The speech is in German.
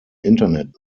internet